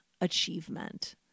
achievement